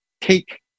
take